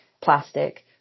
plastic